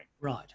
Right